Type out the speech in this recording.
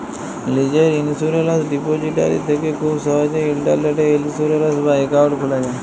লীজের insurance depository থ্যাকে খুব সহজেই ইলটারলেটে ইলসুরেলস বা একাউল্ট খুলা যায়